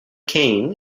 cain